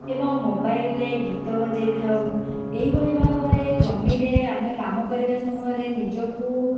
ଏବଂ ମୋବାଇରେ ଗୀତ ବଜାଇଥାଉ ଏହି ଭଳି ଭାବରେ ଜମିରେ ଆମେ କାମ କରିବା ସମୟରେ ନିଜକୁ